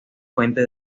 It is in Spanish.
fuente